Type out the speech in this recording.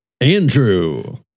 Andrew